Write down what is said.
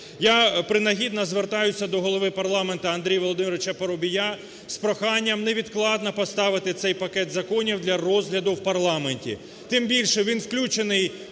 Я принагідно звертаюся до Голови парламенту Андрія Володимировича Парубія з проханням невідкладно поставити цей пакет законів для розгляду в парламенті.